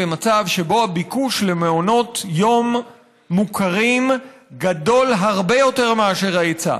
במצב שבו הביקוש למעונות יום מוכרים גדול הרבה יותר מאשר ההיצע.